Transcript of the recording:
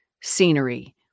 scenery